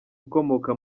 ukomoka